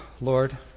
Lord